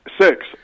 six